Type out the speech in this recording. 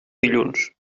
dilluns